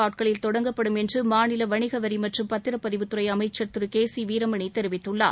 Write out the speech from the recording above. வாணியம்பாடி தொடங்கப்படும் என்று மாநில வணிகவரி மற்றும் பத்திரப்பதிவுத்துறை அமைச்சர் திரு கே சி வீரமணி தெரிவித்துள்ளார்